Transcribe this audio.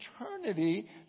eternity